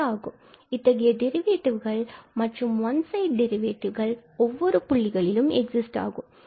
மேலும் இத்தகைய டெரிவேடிவ்கள் மற்றும் ஒன் சைடு டெரிவேடிவ்கள் ஒவ்வொரு புள்ளியிலும் எக்ஸிஸ்ட் ஆகும்